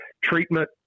treatment